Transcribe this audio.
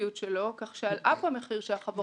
האטרקטיביות שלו כך שעל אף המחיר שהחברות